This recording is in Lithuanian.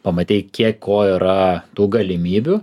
pamatei kiek ko yra tų galimybių